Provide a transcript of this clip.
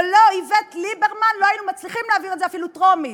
ללא איווט ליברמן לא היינו מצליחים להעביר את זה אפילו בטרומית.